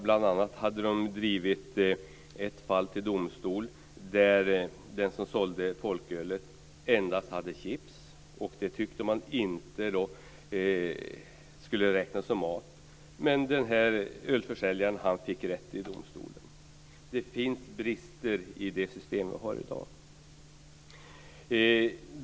Bl.a. hade man drivit ett fall till domstol där den som sålde folkölet i övrigt hade endast chips att sälja. Det tyckte man inte skulle räknas som mat. Men denna ölförsäljare fick rätt i domstolen. Det finns alltså brister i det system som vi har i dag.